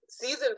season